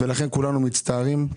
ולכן כולנו מצטערים.